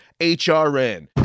hrn